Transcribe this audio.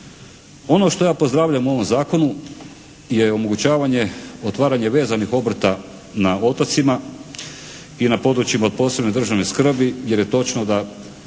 Ono što ja pozdravljam u ovom Zakonu je omogućavanje otvaranje vezanih obrta na otocima i na područjima od posebne državne skrbi jer je točno da